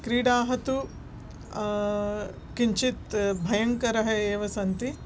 क्रिडाः तु किञ्चित् भयङ्करः एव सन्ति